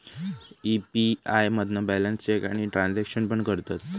UPI मधना balance check आणि transaction पण करतत